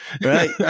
Right